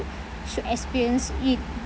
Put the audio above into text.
should experience it